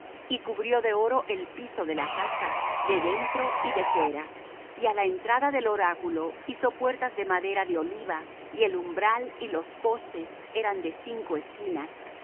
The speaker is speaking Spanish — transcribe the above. y cubrió de oro el piso de la casa de dentro y de fuera y á la entrada del oráculo hizo puertas de madera de oliva y el umbral y los postes eran de cinco esquinas